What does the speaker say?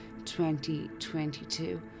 2022